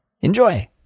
Enjoy